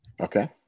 Okay